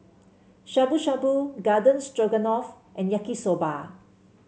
Shabu Shabu Garden Stroganoff and Yaki Soba